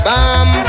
Bam